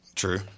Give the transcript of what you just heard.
True